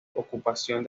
ocupación